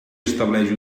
estableix